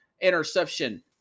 interception